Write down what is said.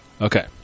Okay